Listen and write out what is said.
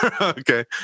Okay